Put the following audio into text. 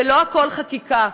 ולא הכול חקיקה.